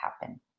happen